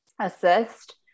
assist